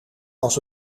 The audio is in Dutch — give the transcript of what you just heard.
als